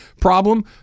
problem